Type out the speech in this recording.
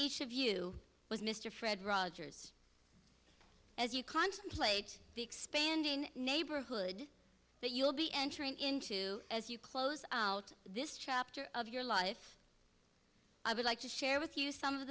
each of you was mr fred rogers as you contemplate the expanding neighborhood that you will be entering into as you close out this chapter of your life i would like to share with you some of